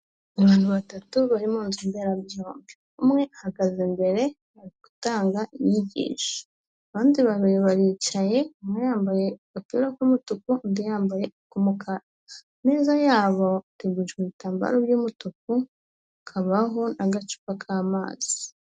Abantu batatu bari mu nzu mberabyombi, umwe ahagaze imbere ari gutanga inyigisho, abandi babiri baricaye, umwe yambaye agapira k'umutuku undi yambaye ak'umukara, ameza yabo ategujwe ibitambaro by'umutuku, hakabaho n'agacupa k'amazi.